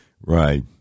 Right